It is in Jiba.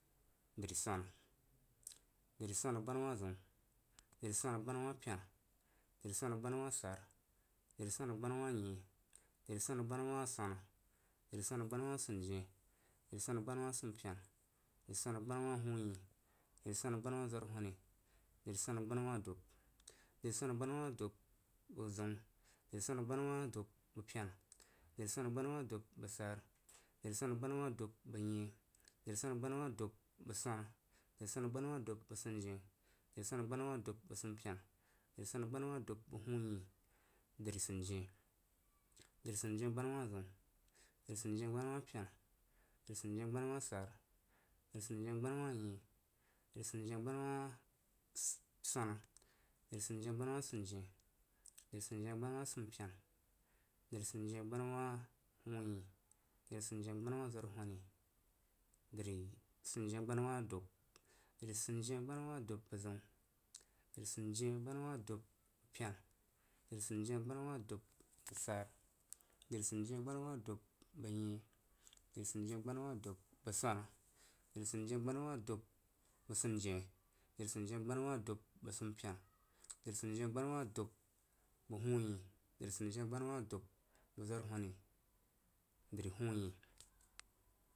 Dri swana gbanawah zə, dri swanagbana wah pena dari, gwanagbanawah sara, dri gwana gbana wah nyein, driswana shanawah sunjien, dri swana gbonawah sumpena dri swana gbanawah hunyein dri swana gbanawah uwarshoni, dr, swana gbanawah dub drigwanagbanawah dub bəg zəun drigwanagbanawah dub bəg pena, dri gwana gbanawah dub bəg sara driswana gbanawah dub bəg nyein, driswang gbanawah dub bəg sundien, dri dwana gbana wah dub bəg sumpena drigbana dub bəg hunyein, dri sunjien dri jundien, dri gunəi engbanawahzəun, drijunjien gbanawah pena dri sunjiengba nawah sara, drisunjien gbanawah nyein, dri sunji engbanawah swana, dri sundien gbanawah sundien dri sundi engbanawah sumpena dri sunəiengbanawah hunyein, drisundien gbanawah zwarwhoni, drisunəi engbana wah dub dri sunjiengbanawah dub bəg zəu drisunjiengbanawah dub, bəg pena, dri sunjien gbanawah dub bəg sora, dri sunjiengbanawah deb bəg nyein dri sunjien gbanawah dubbəg swana dri sundien gbanawa dub bəg sumpena, drisunjien gbanawah dub bəg hunyein, dri sunjien gbanawah dub bəg zwarwhoni, dri hunyein.